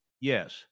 yes